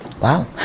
Wow